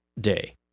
day